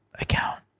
account